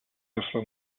sister